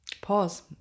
pause